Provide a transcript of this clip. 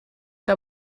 que